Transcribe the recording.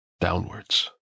downwards